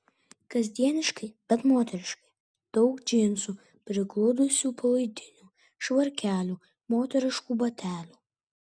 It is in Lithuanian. kasdieniškai bet moteriškai daug džinsų prigludusių palaidinių švarkelių moteriškų batelių